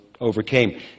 overcame